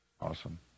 Awesome